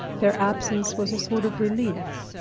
their absence was a sort of relief,